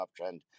uptrend